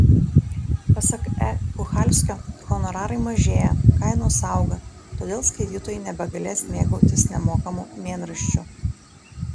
pasak e kuchalskio honorarai mažėja kainos auga todėl skaitytojai nebegalės mėgautis nemokamu mėnraščiu